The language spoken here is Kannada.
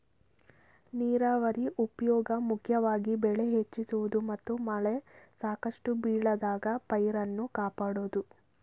ನೀರಾವರಿ ಉಪ್ಯೋಗ ಮುಖ್ಯವಾಗಿ ಬೆಳೆ ಹೆಚ್ಚಿಸುವುದು ಮತ್ತು ಮಳೆ ಸಾಕಷ್ಟು ಬೀಳದಾಗ ಪೈರನ್ನು ಕಾಪಾಡೋದು